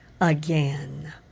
again